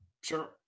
sure